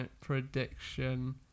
prediction